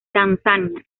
tanzania